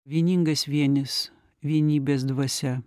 vieningas vienis vienybės dvasia